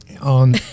on